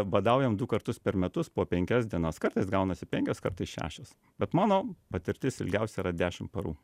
badaujam du kartus per metus po penkias dienas kartais gaunasi penkios kartais šešios bet mano patirtis ilgiausia yra dešimt parų